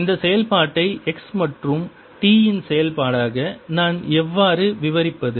இந்த செயல்பாட்டை x மற்றும் t இன் செயல்பாடாக நான் எவ்வாறு விவரிப்பது